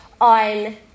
on